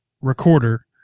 recorder